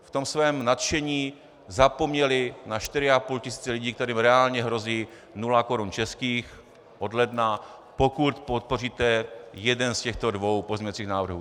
V tom svém nadšení zapomněli na čtyři a půl tisíce lidí, kterým reálně hrozí nula korun českých od ledna, pokud podpoříte jeden z těchto dvou pozměňovacích návrhů.